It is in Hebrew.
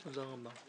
תודה רבה.